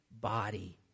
body